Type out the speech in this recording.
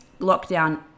lockdown